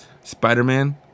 Spider-Man